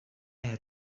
had